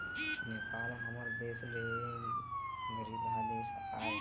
नेपाल ह हमर देश ले गरीबहा देश आय